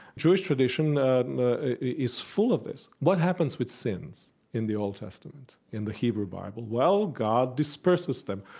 jewish tradition is full of this. what happens with sins in the old testament, in the hebrew bible? well, god disperses them.